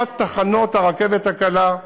מפת תחנות הרכבת הקלה,